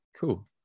cool